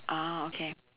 ah okay